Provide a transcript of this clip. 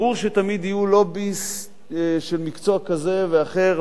ברור שתמיד יהיה לובי של מקצוע כזה ואחר,